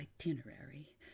itinerary